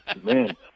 man